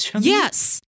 Yes